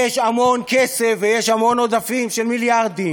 יש המון כסף, ויש המון עודפים של מיליארדים.